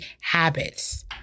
habits